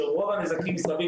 שרוב הנזקים סביב,